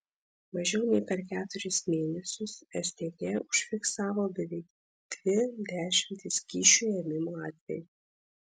mažiau nei per keturis mėnesius stt užfiksavo beveik dvi dešimtis kyšių ėmimo atvejų